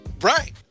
Right